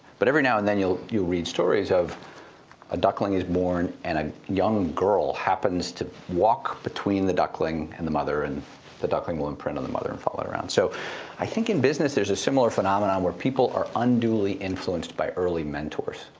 but every now and then, you'll you'll read stories of a duckling is born and a young girl happens to walk between the duckling and the mother. and the duckling will imprint on the mother and follow her around. so i think in business, there's a similar phenomenon where people are unduly influenced by early mentors.